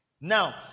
Now